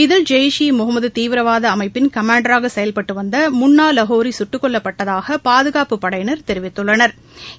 இதில் ஜெய்ஷ் ஈ முகமது தீவிரவாத அமைப்பின் கமாண்டராக செயல்பட்டு வந்த முன்னா லகோரி சுட்டுக் கொல்லப்பட்டதாக பாதுகாப்புப் படையினா் தெரிவித்துள்ளனா்